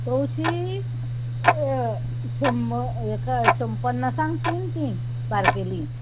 तवशीं शंब हेका शम पन्नासांक तीन तीन बारकेलीं